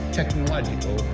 technological